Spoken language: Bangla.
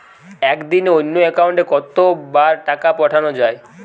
একদিনে অন্য একাউন্টে কত বার টাকা পাঠানো য়ায়?